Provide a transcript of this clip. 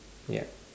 ya